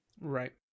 right